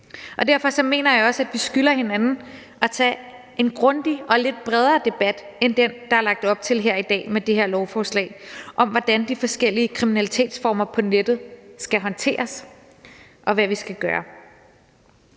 Derfor mener jeg også, at vi skylder hinanden at tage en grundig og lidt bredere debat end den, der er lagt op til her i dag med det her lovforslag, om, hvordan de forskellige kriminalitetsformer på nettet skal håndteres, og hvad vi skal gøre.